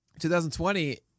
2020